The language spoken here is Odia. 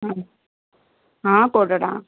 ହଁ କୋଡ଼ିଏ ଟଙ୍କା